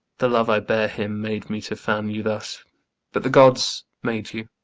the love i bear him made me to fan you thus but the gods made you,